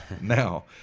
now